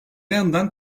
yandan